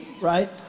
right